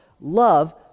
Love